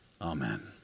Amen